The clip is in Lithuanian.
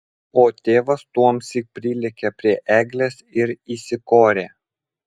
o tėvas tuomsyk prilėkė prie eglės ir įsikorė